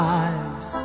eyes